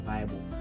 Bible